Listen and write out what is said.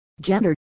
gender